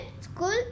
school